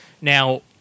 Now